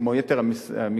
כמו יתר המגזרים,